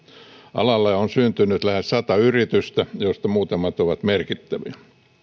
alalle on syntynyt lähes sata yritystä joista muutamat ovat merkittäviä